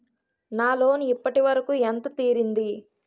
నా లోన్ ఇప్పటి వరకూ ఎంత తీరింది?